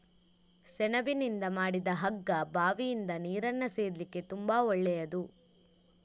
ಸೆಣಬಿನಿಂದ ಮಾಡಿದ ಹಗ್ಗ ಬಾವಿಯಿಂದ ನೀರನ್ನ ಸೇದ್ಲಿಕ್ಕೆ ತುಂಬಾ ಒಳ್ಳೆಯದು